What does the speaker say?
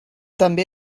també